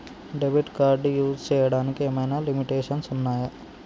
Debit card use చేయడానికి ఏమైనా limitations ఉన్నాయా?